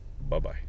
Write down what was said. bye-bye